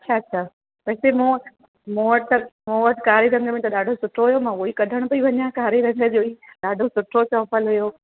अछा अछा हिते मूं वटि मूं वटि त मूं वटि कारे रंग में त ॾाढो सुठो हुओ मां उहो ई कढण पई वञा कारे रंग जो ई ॾाढो सुठो चम्पलु हुओ